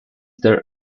there